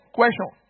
question